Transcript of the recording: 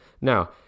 now